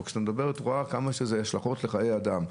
אבל כשאת מדברת את רואה כמה השלכות יש לחיי אדם.